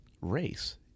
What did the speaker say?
race